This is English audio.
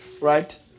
Right